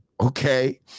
okay